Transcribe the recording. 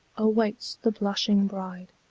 awaits the blushing bride